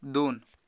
दोन